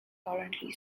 currently